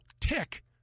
tick